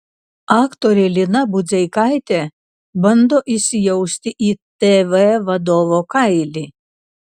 aktorė lina budzeikaitė bando įsijausti į tv vadovo kailį